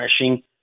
refreshing